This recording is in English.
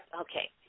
okay